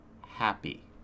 happy